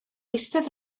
eistedd